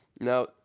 Now